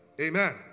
Amen